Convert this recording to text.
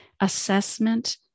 assessment